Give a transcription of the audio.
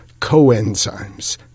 coenzymes